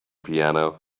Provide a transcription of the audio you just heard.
piano